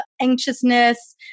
anxiousness